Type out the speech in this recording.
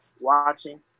watching